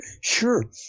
Sure